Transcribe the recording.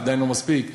עדיין לא מספיק,